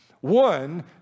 One